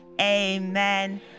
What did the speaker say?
amen